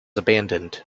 abandoned